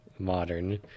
Modern